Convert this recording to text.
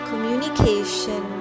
communication